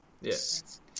Yes